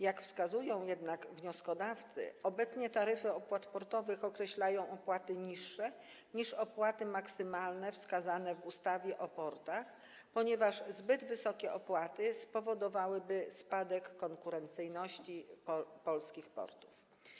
Jak wskazują jednak wnioskodawcy, obecnie taryfy opłat portowych zawierają opłaty niższe niż opłaty maksymalne wskazane w ustawie o portach, ponieważ zbyt wysokie opłaty spowodowałyby spadek konkurencyjności polskich portów.